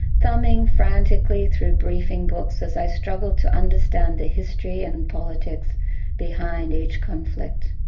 thumbing frantically through briefing books as i struggled to understand the history and politics behind each conflict.